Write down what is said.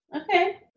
Okay